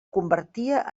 convertia